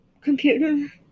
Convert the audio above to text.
computer